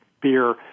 beer